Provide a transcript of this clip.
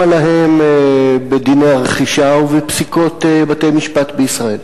להם בדיני הרכישה ובפסיקות בתי-המשפט בישראל.